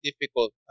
difficult